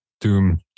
doom